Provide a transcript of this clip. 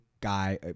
guy